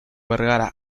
vergara